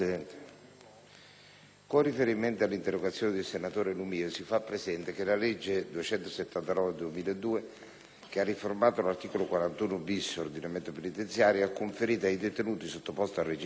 con riferimento all'interrogazione del senatore Lumia, si fa presente che la legge n. 279 del 2002, che ha riformato l'articolo 41-*bis* dell'ordinamento penitenziario, ha conferito ai detenuti sottoposti al regime speciale